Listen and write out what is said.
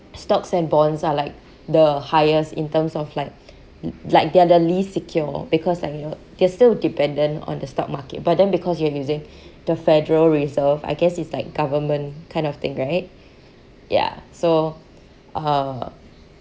stocks and bonds are like the highest in terms of like like they are the least secure because uh you know they're still dependent on the stock market but then because you're using the federal reserve I guess it's like government kind of thing right ya so uh